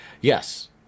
Yes